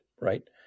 right